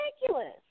ridiculous